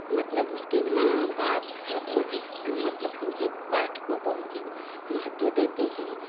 मतलब उसके माँ बाप सब लोग इस मतलब पूजा पाठ को बहुत ही महत्व देते हैं